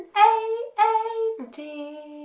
a d